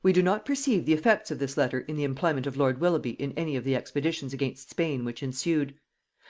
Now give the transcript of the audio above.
we do not perceive the effects of this letter in the employment of lord willoughby in any of the expeditions against spain which ensued